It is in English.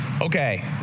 Okay